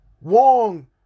Wong